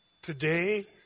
Today